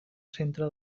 centre